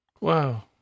Wow